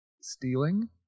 stealing